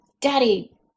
Daddy